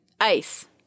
ice